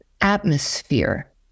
atmosphere